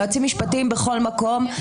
יועצים משפטיים בכל מקום,